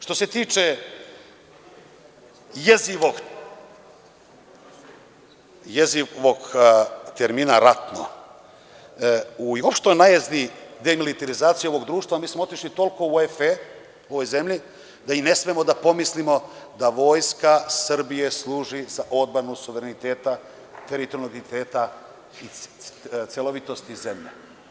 Što se tiče jezivog termina „ratno“, u opštoj najezdi demilitarizacije ovog društva mi smo toliko otišli u „ef“ u ovoj zemlji da i ne smemo i da pomislimo da Vojska Srbije služi za odbranu suvereniteta, teritorijalnog integriteta, celovitosti zemlje.